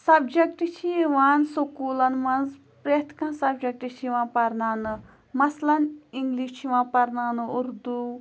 subject چھِ یِوان سکوٗلَن منٛز پرٛ ٮ۪تھ کانٛہہ سَبجَکٹ چھِ یِوان پَرناونہٕ مثلاً اِنٛگلِش چھِ یِوان پَرناونہٕ اُردو